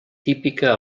típica